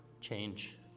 change